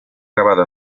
grabado